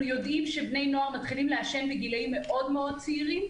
אנחנו יודעים שבני נוער מתחילים לעשן בגילאים מאוד מאוד צעירים,